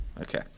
Okay